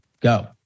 Go